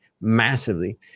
massively